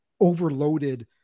overloaded